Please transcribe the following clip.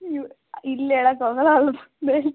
you ಇಲ್ಲಿ ಹೇಳೋಕ್ಕಾಗಲ್ಲ ಅಲ್ಲಿ ಬಂದು ಹೇಳಿ